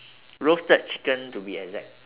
roasted chicken to be exact